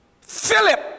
Philip